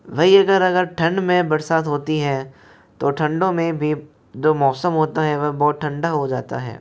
वही अगर अगर ठंड मैं बरसात होती है तो ठंडों में भी जो मौसम होता है वह बहुत ठंडा हो जाता है